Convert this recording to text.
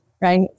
right